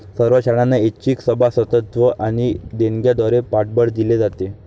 सर्व शाळांना ऐच्छिक सभासदत्व आणि देणग्यांद्वारे पाठबळ दिले जाते